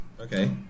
Okay